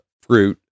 fruit